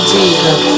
Jesus